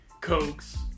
cokes